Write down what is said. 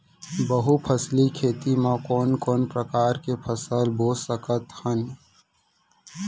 बहुफसली खेती मा कोन कोन प्रकार के फसल बो सकत हन?